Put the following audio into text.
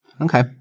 Okay